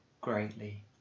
greatly